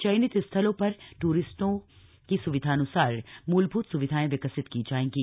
चयनित स्थलों पर टूरिस्टों की सुविधानुसार मूलभूत सुविधाएं विकसित की जाएंगी